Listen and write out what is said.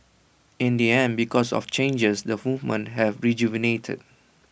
in the end because of changes the movement have rejuvenated